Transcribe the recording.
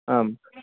आं